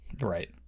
right